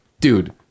Dude